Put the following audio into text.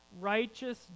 righteous